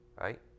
right